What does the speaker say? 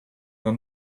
than